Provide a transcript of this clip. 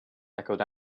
echoed